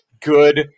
good